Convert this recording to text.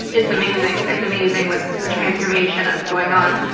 it's amazing, it's amazing with the transformation that's going on.